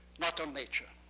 not on nature.